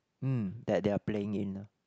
mm that they are playing in lor